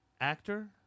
actor